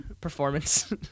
performance